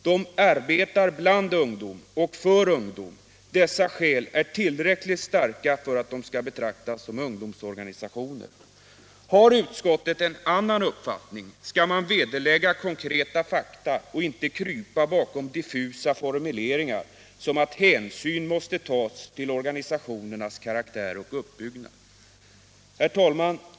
De arbetar bland ungdom och för ungdom. Dessa skäl är tillräckligt starka för att organisationerna skall betraktas som ungdomsorganisationer. Har utskottet en annan uppfattning, skall det vederlägga konkreta fakta och inte krypa bakom diffusa formuleringar som att hänsyn måste tas till ”organisationernas uppbyggnad och karaktär”. Herr talman!